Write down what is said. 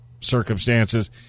circumstances